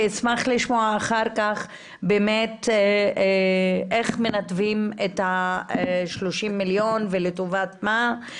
אשמח לשמוע אחר כך באמת איך מנתבים את ה-30 מיליון ולטובת מה.